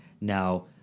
Now